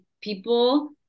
people